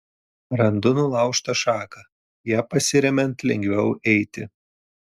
randu nulaužtą šaką ja pasiremiant lengviau eiti